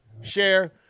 share